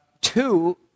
two